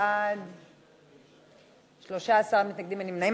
בעד 13, אין מתנגדים ואין נמנעים.